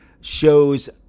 shows